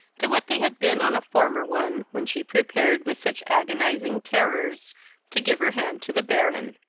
to what they had been on a former one, when she prepared with such agonizing terrors to give her hand to the baron